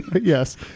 Yes